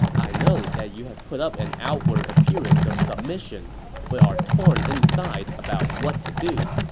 i know that you have put up an outward appearance of submission but are torn inside about what to do.